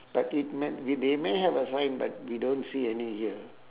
but it ma~ they may have a sign but we don't see any here